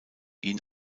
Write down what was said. ihn